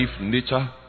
nature